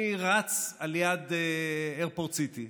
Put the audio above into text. אני רץ ליד איירפורט סיטי,